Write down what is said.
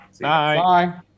bye